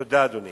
תודה, אדוני.